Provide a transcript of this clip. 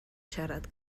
siarad